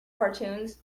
cartoons